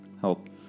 help